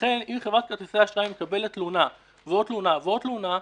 לכן אם חברת כרטיסי האשראי מקבלת תלונה ועוד תלונה ועוד תלונה,